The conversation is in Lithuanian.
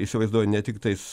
įsivaizduoju ne tiktais